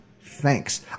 thanks